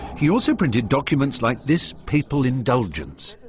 he also printed documents like this papal indulgence.